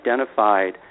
identified